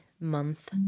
month